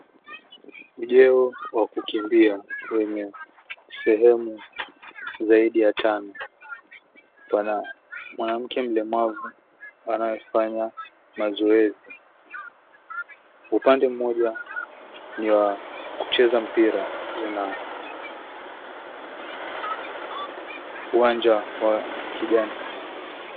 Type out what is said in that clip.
Mjeo wa kukimbia kwenye sehemu zaidi ya tano pana mwanamke mlemavu anayefanya mazoezi upande mmoja, ni wa kucheza mpira kuna uwanja wa kijani.